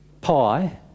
pi